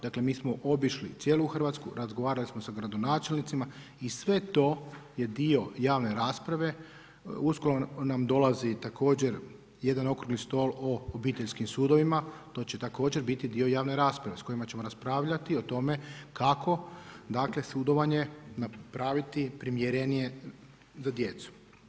Dakle, mi smo obišli cijelu Hrvatsku, razgovarali smo sa gradonačelnicima i sve to je dio javne rasprave, uskoro nam dolazi, također jedan okrugli stol o obiteljskim sudovima, to će također biti dio javne rasprave s kojima ćemo raspravljati o tome kako dakle sudovanje napraviti primjerenije za djecu.